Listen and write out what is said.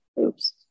oops